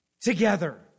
Together